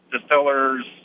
distillers